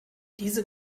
diese